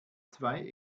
zwei